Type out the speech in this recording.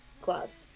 gloves